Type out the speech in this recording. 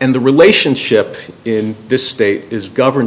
and the relationship in this state is govern